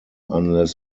unless